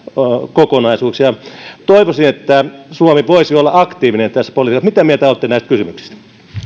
kokonaisuudeksi toivoisin että suomi voisi olla aktiivinen tässä politiikassa mitä mieltä olette näistä kysymyksistä